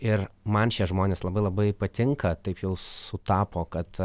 ir man šie žmonės labai labai patinka taip jau sutapo kad